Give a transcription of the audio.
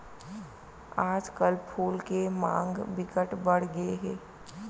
आजकल फूल के मांग बिकट बड़ गे हे